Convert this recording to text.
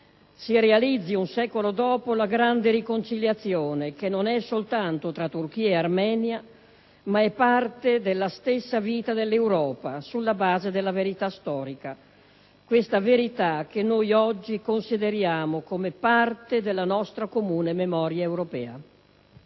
si realizzi, un secolo dopo, la grande riconciliazione, che non è soltanto tra Turchia e Armenia, ma è parte della stessa vita dell'Europa, sulla base della verità storica, verità che noi oggi consideriamo come parte della nostra comune memoria europea.